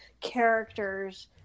characters